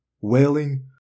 wailing